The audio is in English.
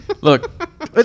look